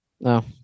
No